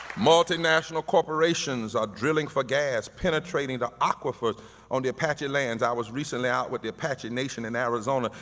multinational corporations are drilling for gas, penetrating the aquifers on the apache lands. i was recently out with the apache nation in arizona.